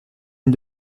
une